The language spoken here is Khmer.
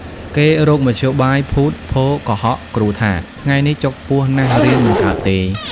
គេរកមធ្យោបាយភូត ភរ កុហកគ្រូថា ថ្ងៃនេះចុកពោះណាស់រៀនមិនកើតទេ ។